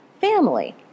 Family